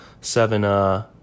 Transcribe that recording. seven